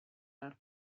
that